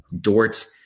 Dort